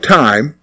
time